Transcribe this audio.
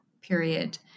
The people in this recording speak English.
period